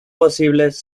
posibles